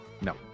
No